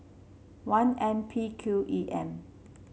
one N P Q E M